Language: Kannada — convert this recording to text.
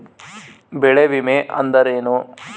ಬೆಳೆ ವಿಮೆ ಅಂದರೇನು?